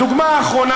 הדוגמה האחרונה,